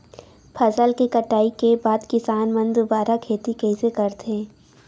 फसल के कटाई के बाद किसान मन दुबारा खेती कइसे करथे?